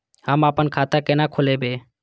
हम आपन खाता केना खोलेबे?